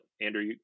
Andrew